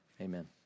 amen